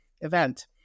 event